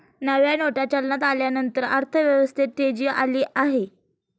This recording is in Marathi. नव्या नोटा चलनात आल्यानंतर अर्थव्यवस्थेत तेजी आली आहे